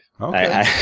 Okay